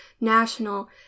national